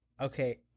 Okay